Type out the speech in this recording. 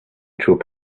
through